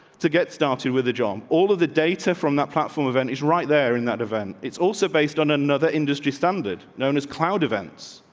to get started with the job. all of the data from that platform event is right there in that event. it's also based on another industry standard known as cloud events.